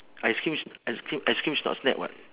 ice cream s~ ice cream ice cream's not snack [what]